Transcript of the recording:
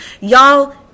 Y'all